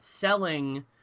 selling